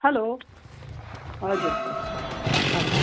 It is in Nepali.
हेलो हजुर हजुर